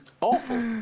awful